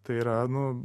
tai yra nu